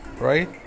right